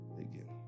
again